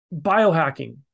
Biohacking